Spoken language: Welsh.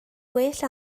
well